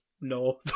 no